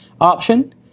option